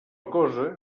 cosa